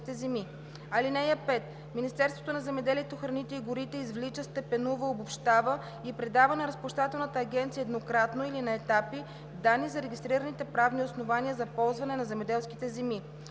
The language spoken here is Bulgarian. земи. (5) Министерството на земеделието, храните и горите извлича, степенува, обобщава и предава на Разплащателната агенция еднократно или на етапи данни за регистрираните правни основания за ползване на земеделски земи.